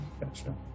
Gotcha